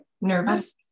nervous